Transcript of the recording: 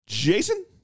Jason